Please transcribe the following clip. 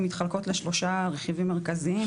הן מתחלקות לשלושה רכיבים מרכזיים,